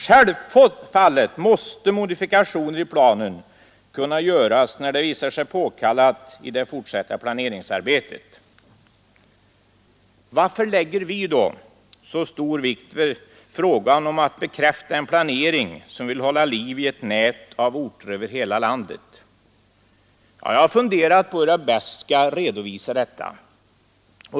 Självfallet måste modifikationer i planen kunna göras när det visar sig påkallat i det fortsatta planeringsarbetet. Varför lägger då vi så stor vikt vid att bekräfta en planering som vill hålla liv i ett nät av orter över hela landet? Jag har funderat över hur jag bäst skall redovisa detta.